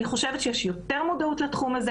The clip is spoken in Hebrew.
אני חושבת שיש יותר מודעות לתחום הזה.